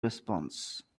response